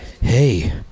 Hey